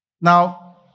Now